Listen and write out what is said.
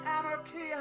Anarchy